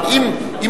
אבל אם הממשלה,